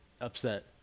upset